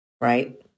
Right